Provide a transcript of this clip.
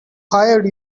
hired